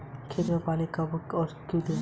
खेत में पानी कब और क्यों दें?